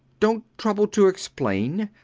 dont trouble to explain.